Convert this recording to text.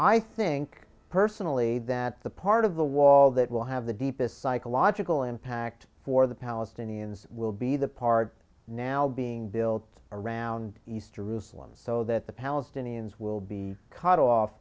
i think personally that the part of the wall that will have the deepest psychological impact for the palestinians will be the part now being built around east jerusalem so that the palestinians will be cut off